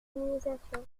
modernisation